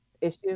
issue